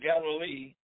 Galilee